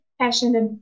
passionate